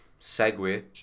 segue